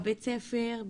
בבית הספר,